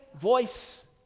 voice